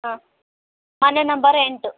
ಹಾಂ ಮನೆ ನಂಬರ್ ಎಂಟು